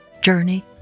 Journey